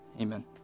Amen